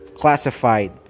classified